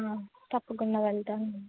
తప్పకుండా వెళ్తాను